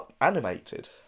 Animated